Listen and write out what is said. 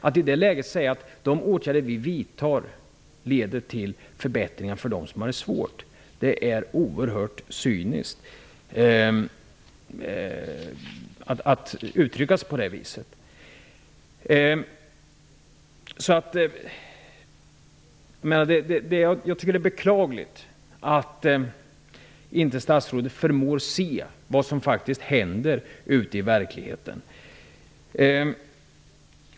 Att i det läget säga att de åtgärder som regeringen vidtar leder till förbättringar för dem som har det svårt är oerhört cyniskt. Det är beklagligt att inte statsrådet förmår se vad som faktiskt händer ute i verkligheten.